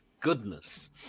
goodness